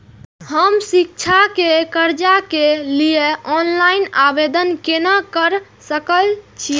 हम शिक्षा के कर्जा के लिय ऑनलाइन आवेदन केना कर सकल छियै?